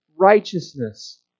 Righteousness